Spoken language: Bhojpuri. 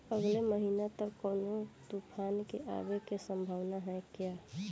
अगले महीना तक कौनो तूफान के आवे के संभावाना है क्या?